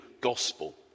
gospel